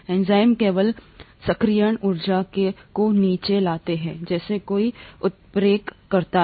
enzyme केवल सक्रियण ऊर्जा को नीचे लाते हैं जैसा कोई उत्प्रेरक करता है